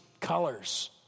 colors